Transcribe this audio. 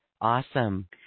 awesome